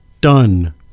done